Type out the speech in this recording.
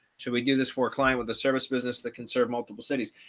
should we do this for client with a service business that can serve multiple cities?